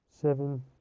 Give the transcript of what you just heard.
Seven